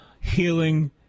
Healing